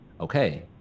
okay